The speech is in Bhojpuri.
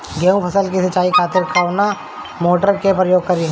गेहूं फसल के सिंचाई खातिर कवना मोटर के प्रयोग करी?